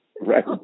Right